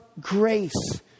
grace